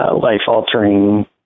life-altering